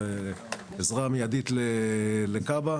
עזרה מיידית לכב"ה.